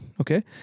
Okay